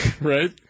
Right